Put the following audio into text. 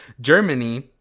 Germany